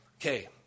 Okay